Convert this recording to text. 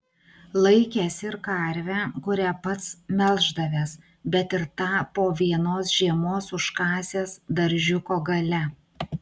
laikęs ir karvę kurią pats melždavęs bet ir tą po vienos žiemos užkasęs daržiuko gale